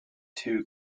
too